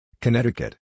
Connecticut